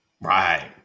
Right